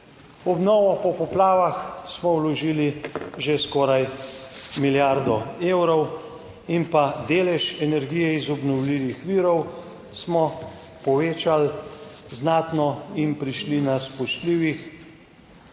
obnovo po poplavah smo vložili že skoraj milijardo evrov, in pa delež energije iz obnovljivih virov smo povečali znatno in prišli na spoštljivih